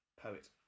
poet